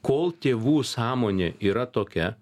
kol tėvų sąmonė yra tokia